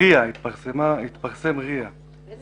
התפרסמה RIA. יש